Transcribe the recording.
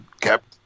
kept –